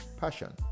passion